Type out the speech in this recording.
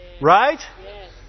Right